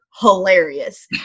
hilarious